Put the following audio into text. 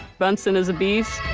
bunsen is a beast,